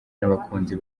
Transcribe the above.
n’abakunzi